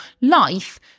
life